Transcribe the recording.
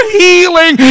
healing